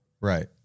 Right